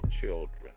children